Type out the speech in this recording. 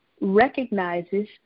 recognizes